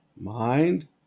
mind